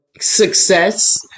success